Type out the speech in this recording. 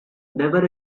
never